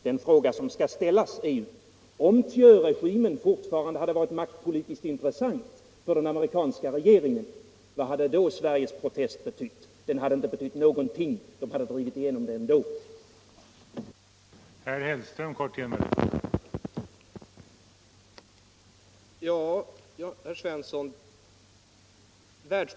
Den fråga som skall ställas är: Om Thieuregimen fortfarande hade varit maktpolitiskt intressant för den amerikanska regeringen vad hade då Sveriges protest betytt? Den hade inte betytt någonting, man hade drivit igenom sina önskemål ändå.